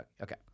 okay